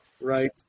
Right